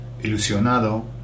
ilusionado